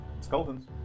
Skeletons